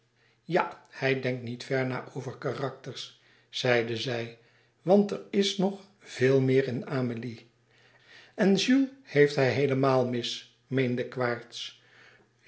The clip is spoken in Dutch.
ja hij denkt niet ver na over karakters zeide zij want er is nog veel meer in amélie en jules heeft hij heelemaal mis meende